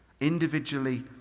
individually